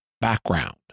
Background